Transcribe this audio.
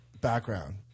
background